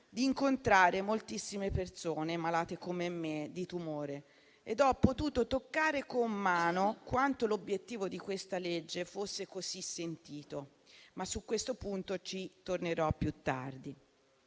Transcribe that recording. di incontrare moltissime persone malate di tumore come me, ed ho potuto toccare con mano quanto l'obiettivo di questo disegno di legge fosse così sentito. Ma su questo punto tornerò più tardi.